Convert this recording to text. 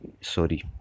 sorry